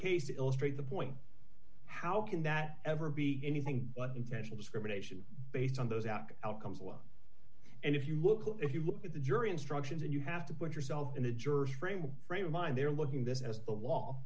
case illustrate the point how can that ever be anything but intentional discrimination based on those outcomes alone and if you look if you look at the jury instructions and you have to put yourself in the jurors frame by frame of mind they're looking this as the law